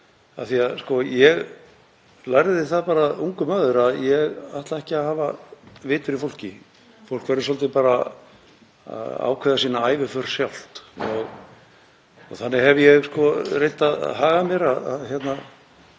nervus. Ég lærði það nú bara ungur maður að ég ætlaði ekki að hafa vit fyrir fólki. Fólk verður svolítið að ákveða sína æviför sjálft og þannig hef ég reynt að haga mér,